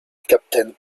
captain